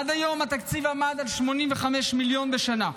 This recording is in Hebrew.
עד היום, התקציב עמד על 85 מיליון בשנה.